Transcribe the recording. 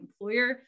employer